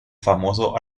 famoso